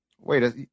Wait